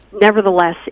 Nevertheless